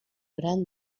gran